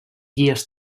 guies